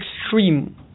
extreme